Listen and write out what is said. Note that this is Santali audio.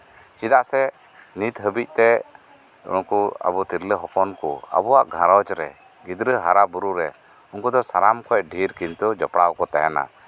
ᱪᱮᱫᱟᱜ ᱥᱮ ᱱᱤᱛ ᱦᱟᱹᱵᱤᱡ ᱛᱮ ᱱᱩᱠᱩ ᱟᱵᱚ ᱛᱤᱨᱞᱟᱹ ᱦᱚᱯᱚᱱ ᱠᱚ ᱟᱵᱚᱣᱟᱜ ᱜᱷᱟᱨᱚᱸᱡᱽ ᱨᱮ ᱜᱤᱫᱽᱨᱟᱹ ᱦᱟᱨᱟ ᱵᱳᱨᱳᱨᱮ ᱩᱱᱠᱩ ᱫᱚ ᱥᱟᱱᱟᱢ ᱠᱷᱚᱱ ᱰᱷᱮᱨ ᱠᱤᱱᱛᱩ ᱡᱚᱯᱲᱟᱣ ᱠᱚ ᱛᱟᱦᱮᱱᱟ